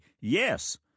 yes